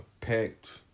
packed